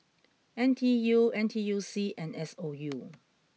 N T U N T U C and S O U